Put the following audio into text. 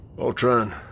Ultron